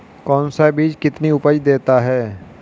कौन सा बीज कितनी उपज देता है?